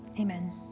Amen